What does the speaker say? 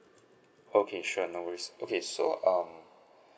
okay sure no worries okay so um